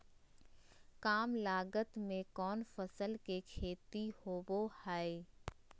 काम लागत में कौन फसल के खेती होबो हाय?